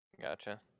Gotcha